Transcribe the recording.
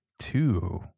two